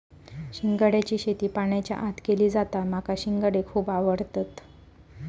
शिंगाड्याची शेती पाण्याच्या आत केली जाता माका शिंगाडे खुप आवडतत